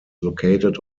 located